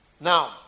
now